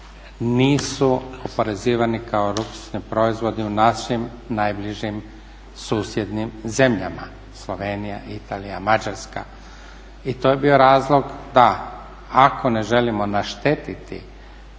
nisu oporezivani kao luksuzni proizvodi u našim najbližim susjednim zemljama Slovenija, Italija, Mađarska. I to je bio razlog da ako ne želimo naštetiti